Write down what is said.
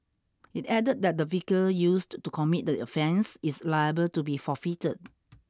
it added that the vehicle used to commit the offence is liable to be forfeited